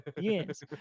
Yes